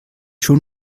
schon